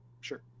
Sure